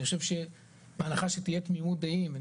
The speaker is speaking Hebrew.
אני חושב שבהנחה שתהיה תמימות דעים ואני